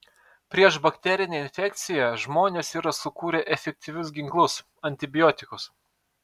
prieš bakterinę infekciją žmonės yra sukūrę efektyvius ginklus antibiotikus